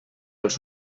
els